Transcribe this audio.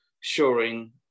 shoring